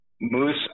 moose